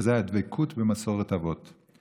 וזה הדבקות במסורת אבות.